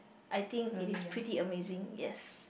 I think it is pretty amazing yes